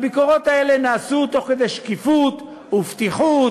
הביקורות האלה נעשו בשקיפות ובפתיחות,